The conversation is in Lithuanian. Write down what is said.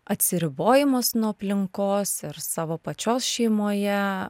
atsiribojimas nuo aplinkos ir savo pačios šeimoje